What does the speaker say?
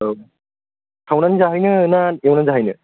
औ सावनानै जाहैनो ना एवनानै जाहैनो